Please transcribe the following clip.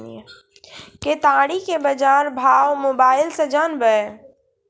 केताड़ी के बाजार भाव मोबाइल से जानवे?